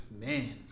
man